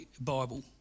Bible